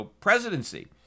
presidency